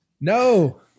No